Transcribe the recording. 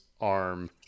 arm